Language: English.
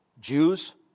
Jews